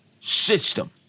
system